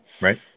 Right